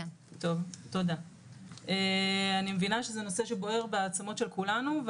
אני מבינה שזה נושא שבוער בעצמות של כולנו.